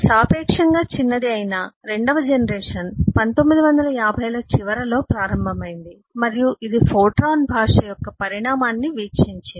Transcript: సాపేక్షంగా చిన్నది అయిన రెండవ జనరేషన్ 1950 ల చివరలో ప్రారంభమైంది మరియు ఇది ఫోర్ట్రాన్ భాష యొక్క పరిణామాన్ని వీక్షించింది